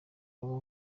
baba